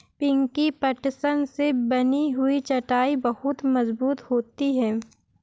पिंकी पटसन से बनी हुई चटाई बहुत मजबूत होती है